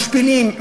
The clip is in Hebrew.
משפילים,